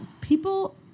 people